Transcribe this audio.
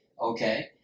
okay